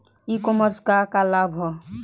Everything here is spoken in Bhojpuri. ई कॉमर्स क का लाभ ह?